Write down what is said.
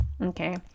Okay